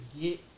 get